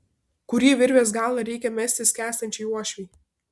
kurį virvės galą reikia mesti skęstančiai uošvei